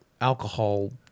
alcohol